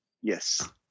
yes